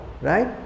right